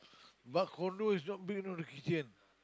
but condo is not big you know the kitchen